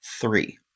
three